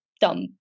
dumb